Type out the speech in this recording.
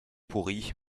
pourri